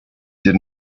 did